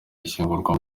ishyingurwa